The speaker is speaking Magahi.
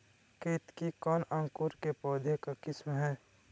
केतकी कौन अंकुर के पौधे का किस्म है?